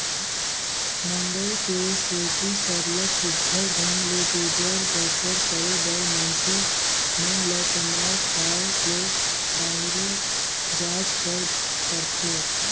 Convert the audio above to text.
मंहगई के सेती सरलग सुग्घर ढंग ले गुजर बसर करे बर मइनसे मन ल कमाए खाए ले बाहिरे जाएच बर परथे